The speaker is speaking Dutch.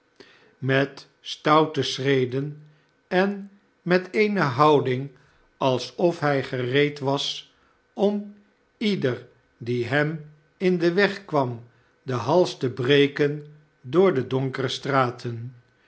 met stoute schreden en met eene houding alsof hij gereed was om ieder die hem in den weg kwam den hals te breken door de donkere straten